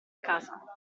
casa